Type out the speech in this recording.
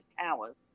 towers